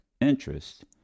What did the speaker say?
interest